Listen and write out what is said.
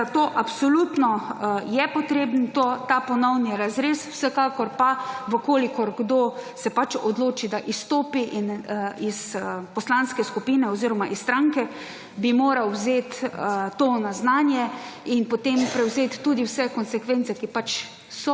je potreben ta ponovni razrez. Vsekakor pa, v kolikor kdo se pač odloči, da izstopi iz poslanske skupine oziroma iz stranke, ki moral vzeti to na znanje in potem prevzeti tudi vse konsekvence, ki pač